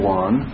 one